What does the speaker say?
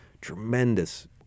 tremendous